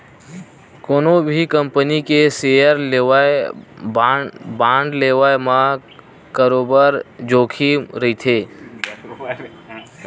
कोनो भी कंपनी के सेयर लेवई, बांड लेवई म बरोबर जोखिम रहिथे